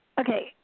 Okay